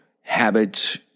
habits